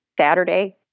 Saturday